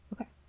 Okay